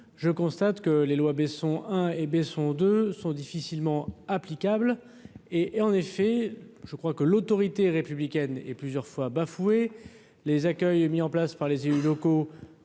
je constate que les lois Besson hein hé bé sont de sont difficilement applicables et et en effet je crois que l'autorité républicaine et plusieurs fois bafoué les accueille, mis en place par les élus locaux,